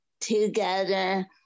together